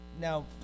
Now